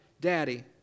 daddy